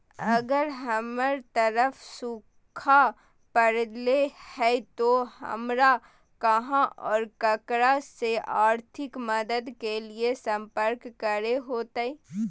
अगर हमर तरफ सुखा परले है तो, हमरा कहा और ककरा से आर्थिक मदद के लिए सम्पर्क करे होतय?